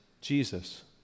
Jesus